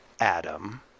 Adam